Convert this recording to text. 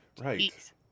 right